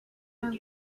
are